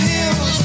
Hills